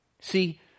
See